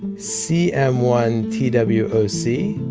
c m one t w o c.